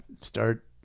start